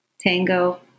Tango